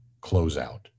closeout